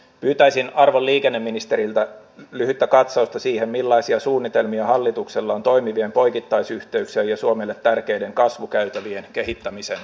pyytäisin arvon liikenneministeriltä lyhyttä katsausta siihen millaisia suunnitelmia hallituksella on toimivien poikittaisyhteyksien ja suomelle tärkeiden kasvukäytävien kehittämisen osalta